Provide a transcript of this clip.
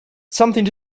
something